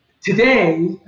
Today